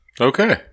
Okay